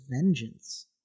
vengeance